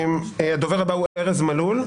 הדובר הבא הוא ארז מלול.